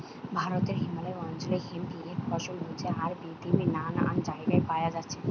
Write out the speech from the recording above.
ভারতে হিমালয় অঞ্চলে হেম্প এর ফসল হচ্ছে আর পৃথিবীর নানান জাগায় পায়া যাচ্ছে